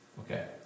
Okay